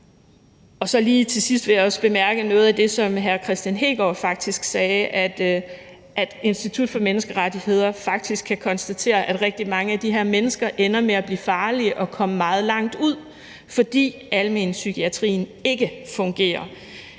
gjort. Lige til sidst vil jeg komme med en bemærkning til noget af det, som hr. Kristian Hegaard sagde, nemlig at Institut for Menneskerettigheder faktisk kan konstatere, at rigtig mange af de her mennesker ender med at blive farlige og komme meget langt ud, fordi almenpsykiatrien ikke fungerer,